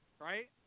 right